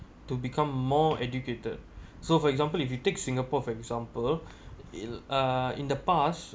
to become more educated so for example if you take singapore for example in uh in the past